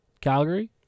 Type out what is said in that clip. Calgary